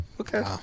Okay